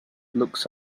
looks